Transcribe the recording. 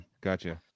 Gotcha